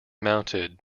mounted